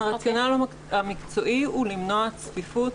הרציונל המקצועי הוא למנוע צפיפות,